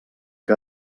que